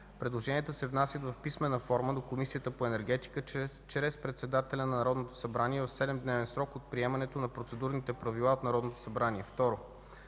Предложенията се внасят в писмена форма до Комисията по енергетика чрез председателя на Народното събрание в 7-дневен срок от приемането на процедурните правила от Народното събрание.